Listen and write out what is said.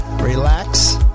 relax